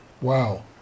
Wow